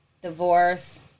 Divorce